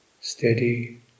steady